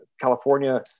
California